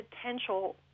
potential